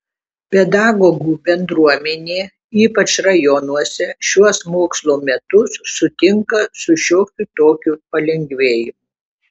pedagogų bendruomenė ypač rajonuose šiuos mokslo metus sutinka su šiokiu tokiu palengvėjimu